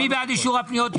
מי בעד אישור הפניות?